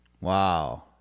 Wow